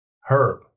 Herb